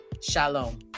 Shalom